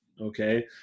okay